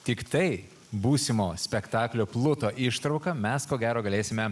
tiktai būsimo spektaklio pluto ištrauką mes ko gero galėsime